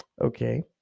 Okay